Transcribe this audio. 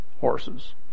horses